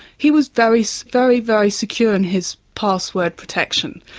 he was very, so very very secure in his password protection,